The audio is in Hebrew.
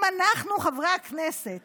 אם אנחנו, חברי הכנסת